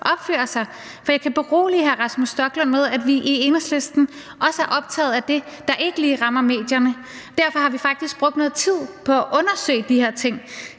opfører sig. Og jeg kan berolige hr. Rasmus Stoklund med, at vi i Enhedslisten også er optaget af det, der ikke lige rammer medierne. Derfor har vi faktisk brugt noget tid på at undersøge de her ting,